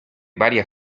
varias